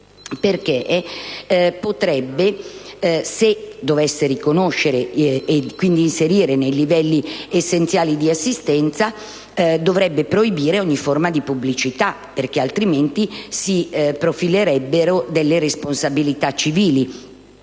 perché, se dovesse riconoscerla e quindi inserirla nei livelli essenziali di assistenza, dovrebbe proibire ogni forma di pubblicità perché altrimenti si profilerebbero delle responsabilità civili.